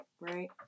Right